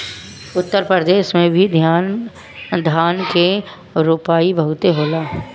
उत्तर प्रदेश में भी धान के रोपाई बहुते होला